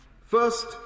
First